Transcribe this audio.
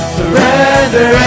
Surrender